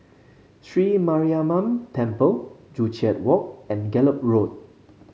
Sri Mariamman Temple Joo Chiat Walk and Gallop Road